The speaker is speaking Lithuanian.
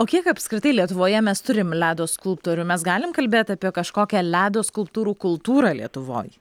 o kiek apskritai lietuvoje mes turime ledo skulptorių mes galim kalbėti apie kažkokią ledo skulptūrų kultūrą lietuvoj